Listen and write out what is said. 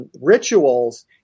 rituals